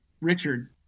Richard